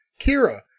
Kira